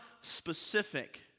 specific